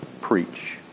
preach